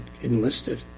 enlisted